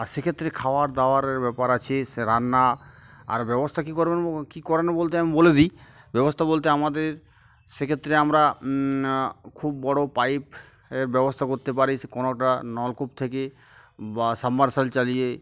আর সেক্ষেত্রে খাওয়ার দাওয়ারের ব্যাপার আছে সে রান্না আর ব্যবস্থা কী করবেন কী করেন বলতে আমি বলে দিই ব্যবস্থা বলতে আমাদের সেক্ষেত্রে আমরা খুব বড়ো পাইপের ব্যবস্থা করতে পারি সে কোনোটা নলকূপ থেকে বা সাবমার্সিবেল চালিয়ে